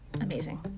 amazing